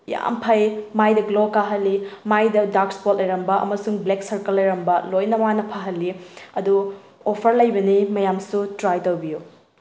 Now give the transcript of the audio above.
ꯌꯥꯝ ꯐꯩ ꯃꯥꯏꯗ ꯒ꯭ꯂꯣ ꯀꯩꯍꯜꯂꯤ ꯃꯥꯏꯗ ꯗꯥꯔꯛ ꯏꯁꯄꯣꯗ ꯂꯩꯔꯝꯕ ꯑꯃꯁꯨꯡ ꯕ꯭ꯂꯦꯛ ꯁꯔꯀꯜ ꯂꯩꯔꯝꯕ ꯂꯣꯏꯅ ꯃꯥꯅ ꯐꯍꯜꯂꯤ ꯑꯗꯨ ꯑꯣꯐ꯭ꯔ ꯂꯩꯕꯅꯤ ꯃꯌꯥꯝꯁꯨ ꯇ꯭ꯔꯥꯏ ꯇꯧꯕꯤꯌꯨ